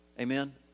Amen